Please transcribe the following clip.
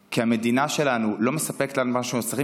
כי המדינה שלנו לא מספקת לנו מה שאנחנו צריכים,